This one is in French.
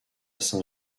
saint